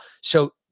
So-